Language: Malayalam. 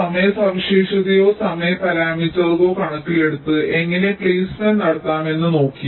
സമയ സവിശേഷതയോ സമയ പാരാമീറ്ററുകളോ കണക്കിലെടുത്ത് എങ്ങനെ പ്ലേസ്മെന്റ് നടത്താമെന്ന് ഞങ്ങൾ നോക്കി